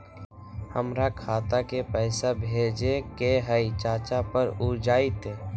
हमरा खाता के पईसा भेजेए के हई चाचा पर ऊ जाएत?